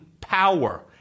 power